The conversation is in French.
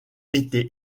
été